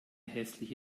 hässliche